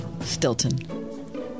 Stilton